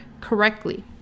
correctly